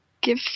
give